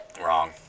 Wrong